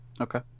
Okay